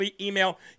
email